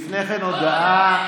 לפני כן, הודעה.